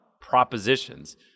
propositions